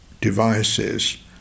devices